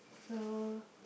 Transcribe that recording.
so